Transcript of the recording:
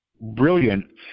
brilliant